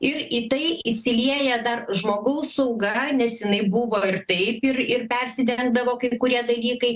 ir į tai įsilieja dar žmogaus sauga nes jinai buvo ir taip ir ir persidengdavo kai kurie dalykai